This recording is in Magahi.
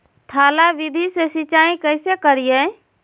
थाला विधि से सिंचाई कैसे करीये?